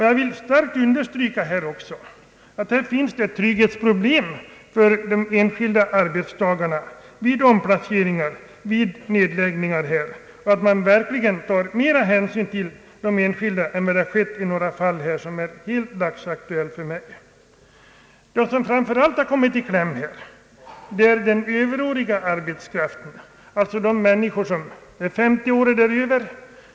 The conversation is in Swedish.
Jag vill starkt understryka att det uppstår allvarliga trygghetsproblem för de enskilda arbetstagarna vid omplaceringar och = nedläggelser. Man måste ta hänsyn till de enskilda människorna mer än vad som har skett i några dagsaktuella fall. De som framför allt har kommit i kläm här är den s.k. överåriga arbetskraften, alltså människor som är 50 år och däröver.